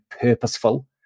purposeful